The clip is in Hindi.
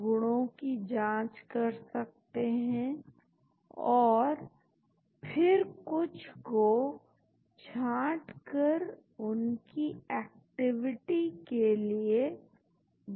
इसी प्रकार यह फिर से beta blockers कहलाते हैं यह रक्तचाप की क्रिया में शामिल होते हैं तो यह नॉनसेलेक्टिव हैं यहां पर दो beta blockers हैं बीटा एक और बीटा दो और यहां हमारे पास beta1 सिलेक्टिव है तो हमारे पास प्रोप्रानोलोल एटेनोलोल ऐसीब्यूटोलोल टीमोलोल है तो हमने इन चारों मॉलिक्यूल को देखा और फिर हम ने इसको करने की कोशिश किया